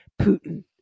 Putin